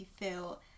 feel